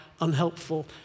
unhelpful